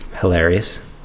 hilarious